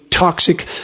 Toxic